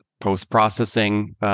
post-processing